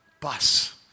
bus